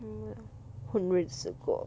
mm 混日子过